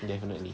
definitely